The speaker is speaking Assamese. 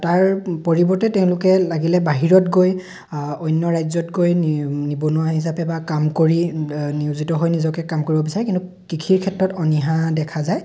তাৰ পৰিৱৰ্তে তেওঁলোকে লাগিলে বাহিৰত গৈ অন্য ৰাজ্যত গৈ নিবনুৱা হিচাপে বা কাম কৰি নিয়োজিত হৈ নিজকে কাম কৰিব বিচাৰে কিন্তু কৃষিৰ ক্ষেত্ৰত অনীহা দেখা যায়